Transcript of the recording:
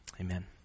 amen